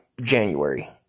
January